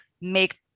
make